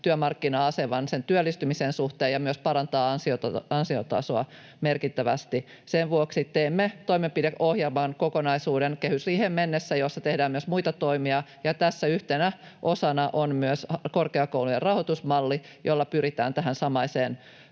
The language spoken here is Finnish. työmarkkina-aseman työllistymisen suhteen ja myös parantaa ansiotasoa merkittävästi. Sen vuoksi teemme toimenpideohjelman, -kokonaisuuden kehysriiheen mennessä, jossa tehdään myös muita toimia, ja tässä yhtenä osana on myös korkeakoulujen rahoitusmalli, jolla pyritään tähän samaiseen